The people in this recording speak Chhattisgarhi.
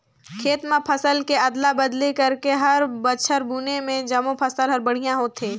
खेत म फसल के अदला बदली करके हर बछर बुने में जमो फसल हर बड़िहा होथे